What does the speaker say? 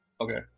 Okay